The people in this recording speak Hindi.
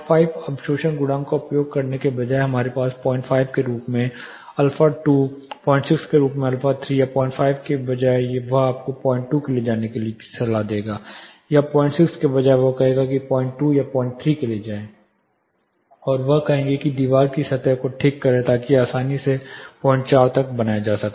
05 अवशोषण गुणांक का उपयोग करने के बजाय हमारे पास 05 के रूप में α2 06 के रूप में α3 था 05 के बजाय वह आपको 02 के लिए जाने की सलाह देगा या 06 के बजाय वह कहेगा कि 02 या 03 के लिए जाएं और वह कहेंगे की दीवार की सतह को ठीक करें ताकि यह आसानी से 04 तक बनाया जा सकता है